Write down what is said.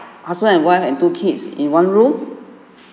husband and wife and two kids in one row